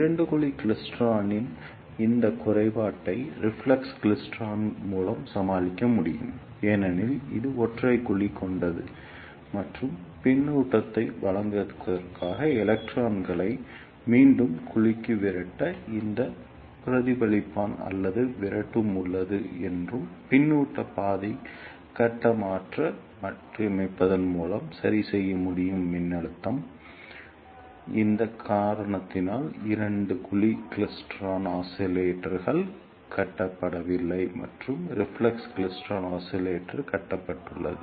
இரண்டு குழி கிளைஸ்டிரானின் இந்த குறைபாட்டை ரிஃப்ளெக்ஸ் கிளைஸ்ட்ரான் மூலம் சமாளிக்க முடியும் ஏனெனில் இது ஒற்றை குழி கொண்டது மற்றும் பின்னூட்டத்தை வழங்குவதற்காக எலக்ட்ரான்களை மீண்டும் குழிக்கு விரட்ட ஒரு பிரதிபலிப்பான் அல்லது விரட்டும் உள்ளது மற்றும் பின்னூட்ட பாதை கட்ட மாற்றத்தை மாற்றியமைப்பதன் மூலம் சரிசெய்ய முடியும் மின்னழுத்தம் இந்த காரணத்தினால் இரண்டு குழி கிளைஸ்ட்ரான் ஆஸிலேட்டர்கள் கட்டப்படவில்லை மற்றும் ரிஃப்ளெக்ஸ் கிளைஸ்ட்ரான் ஆஸிலேட்டர் கட்டப்பட்டுள்ளது